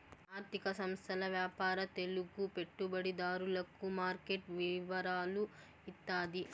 ఆర్థిక సంస్థల వ్యాపార తెలుగు పెట్టుబడిదారులకు మార్కెట్ వివరాలు ఇత్తాది